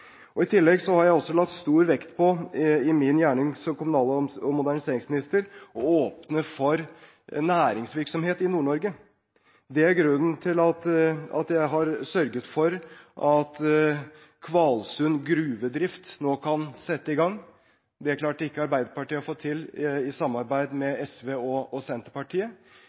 fylkene. I tillegg har jeg i min gjerning som kommunal- og moderniseringsminister lagt stor vekt på å åpne for næringsvirksomhet i Nord-Norge. Det er grunnen til at jeg har sørget for at gruvedrift i Kvalsund nå kan settes i gang. Det klarte ikke Arbeiderpartiet å få til i samarbeid med SV og Senterpartiet. De arbeidsplassene og